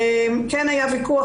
כן היה ויכוח,